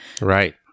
Right